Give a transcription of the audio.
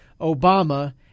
Obama